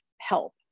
help